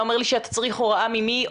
אתה אומר לי שאתה צריך הוראה ממי,